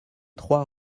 trois